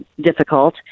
difficult